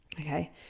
Okay